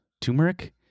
turmeric